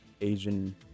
Asian